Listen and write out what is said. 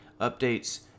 updates